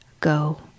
go